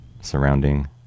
surrounding